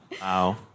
Wow